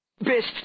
Best